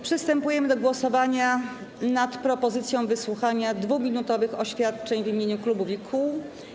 Przystępujemy do głosowania nad propozycją wysłuchania 2-minutowych oświadczeń w imieniu klubów i kół.